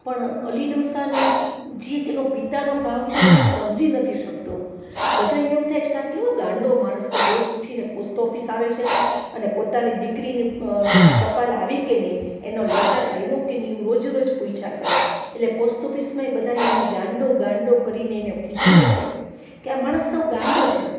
પણ અલી ડોસાની જે એક એનો પિતાનો ભાવ છેને એને કોઈ સમજી નથી શકતું બધાયને એવું થાય છેકે આ કેવો ગાંડો માણસ છે રોજ ઊઠીને પોસ્ટ ઓફિસ આવે છે અને પોતાની દીકરીની ટપાલ આવી કે નહીં એનો લેટર આવ્યો કે નહીં એવું રોજેરોજ પૂછ્યા કરે એટલે પોસ્ટ ઓફિસમાં બધાય એને ગાંડો ગાંડો કરીને એને ખિજવે છે કે આ માણસ સાવ ગાંડો છે